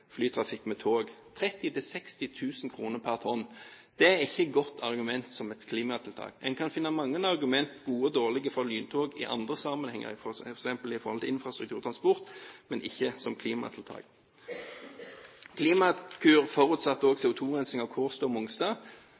flytrafikk med tog. 30 000–60 000 kr pr. tonn: Det er ikke et godt argument som klimatiltak. En kan finne mange argumenter – gode og dårlige – for lyntog i andre sammenhenger, f.eks. med hensyn til infrastruktur og transport, men ikke som klimatiltak. Klimakur forutsatte også CO2-rensing av Kårstø og Mongstad.